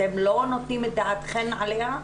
אתם לא נותנים את דעתכן עליה?